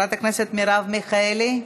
חברת הכנסת מרב מיכאלי,